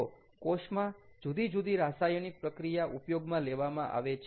તો કોષમાં જુદી જુદી રાસાયણિક પ્રક્રિયા ઉપયોગમાં લેવામાં આવે છે